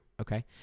Okay